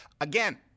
again